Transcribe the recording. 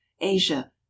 asia